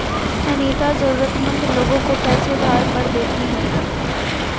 अनीता जरूरतमंद लोगों को पैसे उधार पर देती है